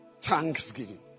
Thanksgiving